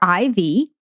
IV